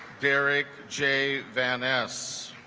derek j van s